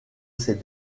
ces